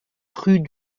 rue